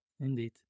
indeed